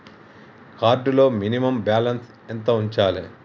Card లో minimum balance ఎంత ఉంచాలే?